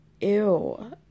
ew